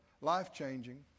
life-changing